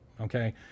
okay